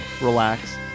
relax